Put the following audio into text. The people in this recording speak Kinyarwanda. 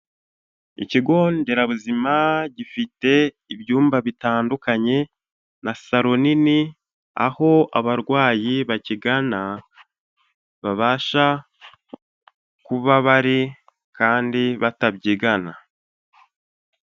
Ikigo nderabuzima gifite ibyumba bitandukanye na saro nini, aho abarwayi bakigana babasha kuba bari kandi batabyigana.